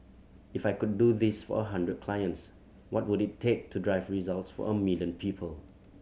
if I could do this for a hundred clients what would it take to drive results for a million people